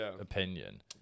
opinion